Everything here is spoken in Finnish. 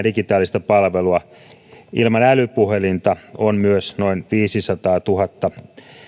digitaalista palvelua ilman älypuhelinta on myös noin viisisataatuhatta